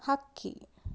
ಹಕ್ಕಿ